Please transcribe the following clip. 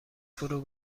فرو